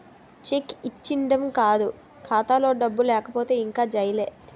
check ఇచ్చీడం కాదు ఖాతాలో డబ్బులు లేకపోతే ఇంక జైలే